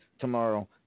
tomorrow